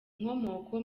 inkomoko